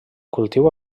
cultiu